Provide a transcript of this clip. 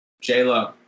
J-Lo